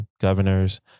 governors